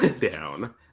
down